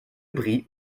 brix